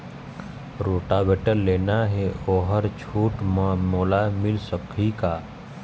Rotavator लेना हे ओहर छूट म मोला मिल सकही का?